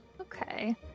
Okay